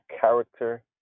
character